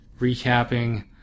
recapping